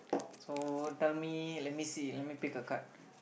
so tell me let me see let me pick a card